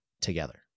together